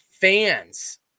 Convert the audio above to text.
fans